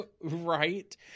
Right